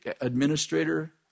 administrator